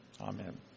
Amen